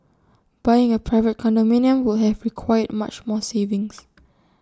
buying A private condominium would have required much more savings